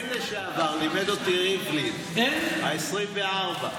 אין לשעבר, לימד אותי ריבלין, העשרים-וארבע.